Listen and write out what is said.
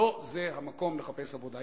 לא זה המקום לחפש עבודה.